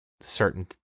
certain